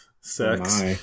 sex